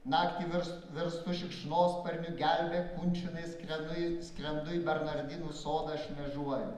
naktį virst virstu šikšnosparniu gelbėk kunčinai skrenu į skrendu į bernardinų sodą šmėžuoju